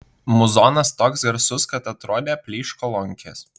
muzonas toks garsus kad atrodė plyš kolonkės